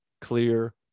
clear